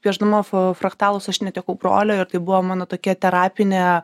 piešdama fa fraktalus aš netekau brolio ir tai buvo mano tokia terapinė